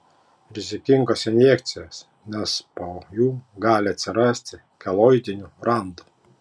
rizikingos injekcijos nes po jų gali atsirasti keloidinių randų